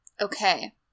Okay